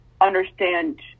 understand